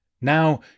Now